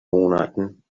monaten